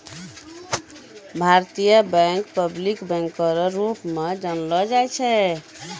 भारतीय bank public बैंको रो रूप मे भी जानलो जाय छै